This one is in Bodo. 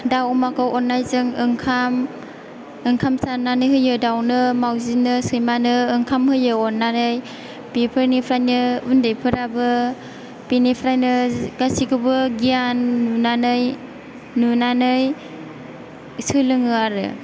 दाव अमाखौ अननायजों ओंखाम ओंखाम सारनानै हायो दावनो मावजिनो सैमानो ओंखाम होयो अननानै बेफोरनिफ्रायनो उन्दैफोराबो बेनिफ्रायनो गासिखौबो गियान नुनानै नुनानै सोलोङो आरो